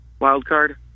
Wildcard